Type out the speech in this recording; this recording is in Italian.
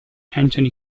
anthony